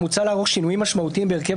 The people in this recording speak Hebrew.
מוצע לערוך שינויים משמעותיים בהרכב